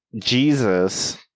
Jesus